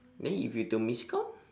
then if you termiscount